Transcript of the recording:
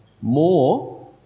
more